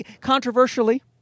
controversially